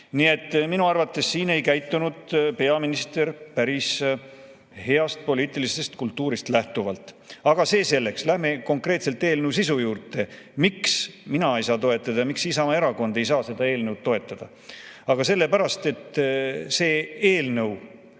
Nii et minu arvates ei käitunud peaminister siin päris heast poliitilisest kultuurist lähtuvalt. Aga see selleks. Läheme konkreetselt eelnõu sisu juurde. Miks mina ei saa ja miks Isamaa Erakond ei saa seda eelnõu toetada? Aga sellepärast, et see eelnõu